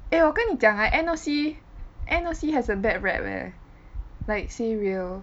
eh 我跟你讲 ah N_O_C N_O_C has a bad rep leh like say real